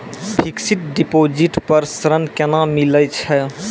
Fixed deposit पर ऋण केना मिलै छै?